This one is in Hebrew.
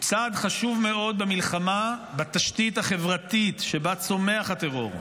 הוא צעד חשוב מאוד במלחמה בתשתית החברתית שבה צומח הטרור,